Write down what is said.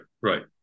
right